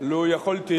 לו יכולתי